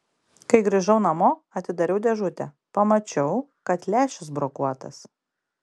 kai grįžau namo atidariau dėžutę pamačiau kad lęšis brokuotas